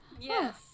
Yes